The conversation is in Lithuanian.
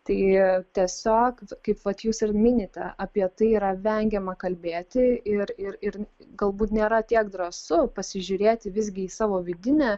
tai tiesiog kaip vat jūs ir minite apie tai yra vengiama kalbėti ir ir galbūt nėra tiek drąsu pasižiūrėti visgi į savo vidinę